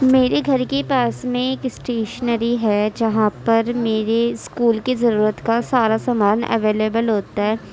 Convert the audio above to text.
میرے گھر کے پاس میں ایک اسٹیشنری ہے جہاں پر میرے اسکول کے ضرورت کا سارا سامان اویلیبل ہوتا ہے